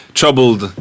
troubled